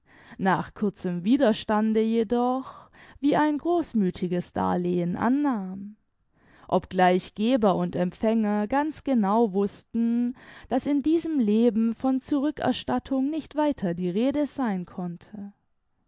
nach kurzem widerstande jedoch wie ein großmüthiges darlehen annahm obgleich geber und empfänger ganz genau wußten daß in diesem leben von zurückerstattung nicht weiter die rede sein konnte